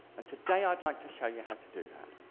and today i'd like to show you how to do that.